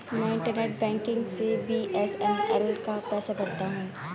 मैं internet banking से बी.एस.एन.एल का पैसा भरता हूं